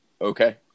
okay